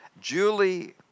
Julie